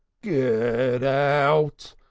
get out!